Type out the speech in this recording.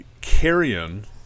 Carrion